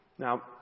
Now